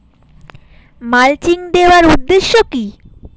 Mulching দেওয়ার উদ্দেশ্য কি?